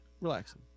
Relaxing